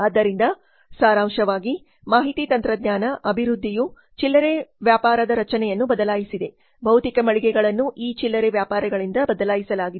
ಆದ್ದರಿಂದ ಸಾರಾಂಶವಾಗಿ ಮಾಹಿತಿ ತಂತ್ರಜ್ಞಾನ ಅಭಿವೃದ್ಧಿಯು ಚಿಲ್ಲರೆ ವ್ಯಾಪಾರದ ರಚನೆಯನ್ನು ಬದಲಾಯಿಸಿದೆ ಭೌತಿಕ ಮಳಿಗೆಗಳನ್ನು ಇ ಚಿಲ್ಲರೆ ವ್ಯಾಪಾರಿಗಳಿಂದ ಬದಲಾಯಿಸಲಾಗಿದೆ